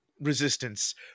resistance